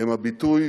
הם הביטוי